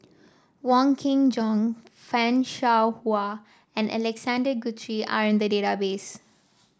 Wong Kin Jong Fan Shao Hua and Alexander Guthrie are in the database